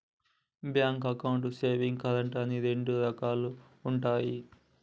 bank అకౌంట్లు savings, current అని రెండు రకాలుగా ఉంటయి